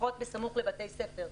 לפחות בסמוך לבתי ספר,